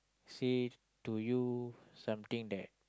say to you something that